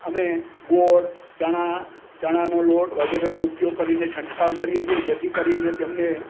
અમે ગોળ ચણા ચણાનો લોટ વગેરેનો ઉપયોગ કરીને છંટકાવ કરીએ છે જેથી કરીને તેમણે